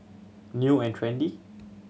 New and Trendy